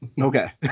Okay